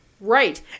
Right